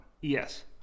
Yes